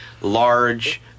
large